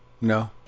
No